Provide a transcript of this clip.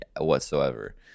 whatsoever